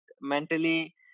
mentally